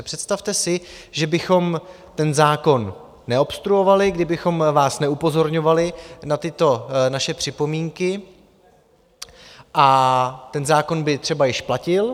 Představte si, že bychom ten zákon neobstruovali, kdybychom vás neupozorňovali na tyto naše připomínky, a ten zákon by třeba již platil.